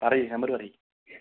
പറയു നമ്പർ പറയു